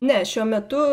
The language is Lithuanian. ne šiuo metu